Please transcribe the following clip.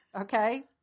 Okay